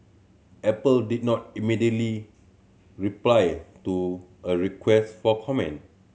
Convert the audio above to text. apple did not immediately reply to a request for comment